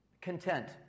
Content